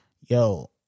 yo